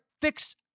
fix